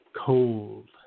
Cold